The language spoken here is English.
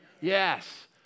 yes